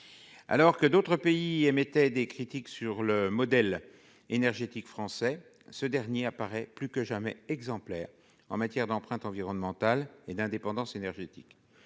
de « but contre son camp ». En dépit des critiques sur le modèle énergétique français, ce dernier apparaît plus que jamais exemplaire en matière d'empreinte environnementale et d'indépendance énergétique.